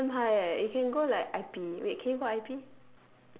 that's damn high eh you can go like I_P wait can you go I_P